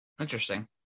Interesting